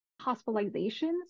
hospitalizations